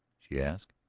she asked.